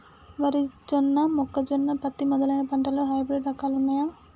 వరి జొన్న మొక్కజొన్న పత్తి మొదలైన పంటలలో హైబ్రిడ్ రకాలు ఉన్నయా?